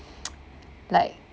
like